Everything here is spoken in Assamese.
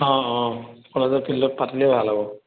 অঁ অঁ কলেজৰ ফিল্ডত পাতিলেও ভাল হ'ব